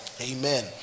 Amen